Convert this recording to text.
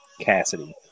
Cassidy